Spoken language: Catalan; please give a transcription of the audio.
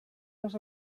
les